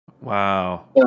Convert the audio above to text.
Wow